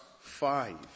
five